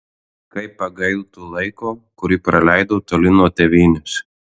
kaip pagailtų laiko kurį praleidau toli nuo tėvynės